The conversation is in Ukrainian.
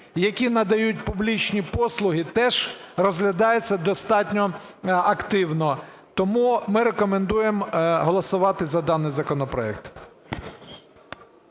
які надають публічні послуги, теж розглядається достатньо активно. Тому ми рекомендуємо голосувати за даний законопроект.